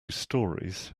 storeys